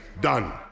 done